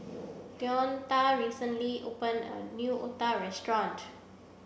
Deonta recently opened a new otah restaurant